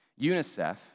UNICEF